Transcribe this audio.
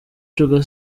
coga